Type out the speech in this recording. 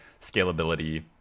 scalability